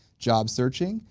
job searching,